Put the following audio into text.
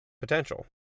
potential